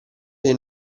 dei